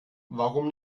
warum